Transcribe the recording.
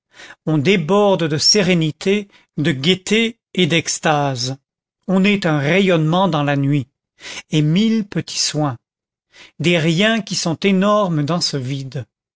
on déborde de sérénité de gaîté et d'extase on est un rayonnement dans la nuit et mille petits soins des riens qui sont énormes dans ce vide